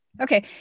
Okay